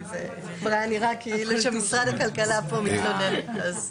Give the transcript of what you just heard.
כי אולי נראה כאילו שמשרד הכלכלה מתלונן פה.